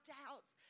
doubts